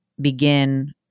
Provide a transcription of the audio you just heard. begin